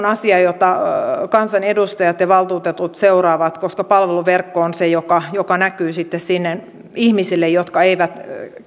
asia jota kansanedustajat ja valtuutetut seuraavat koska palveluverkko on se joka joka näkyy sitten sinne ihmisille jotka eivät